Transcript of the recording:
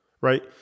right